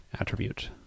attribute